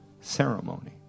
ceremony